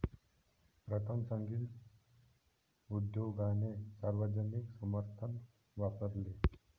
प्रथम, संगीत उद्योगाने सार्वजनिक समर्थन वापरले